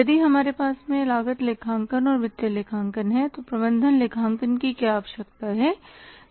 यदि हमारे पास लागत लेखांकन और वित्तीय लेखांकन है तो प्रबंधन लेखांकन की क्या आवश्यकता है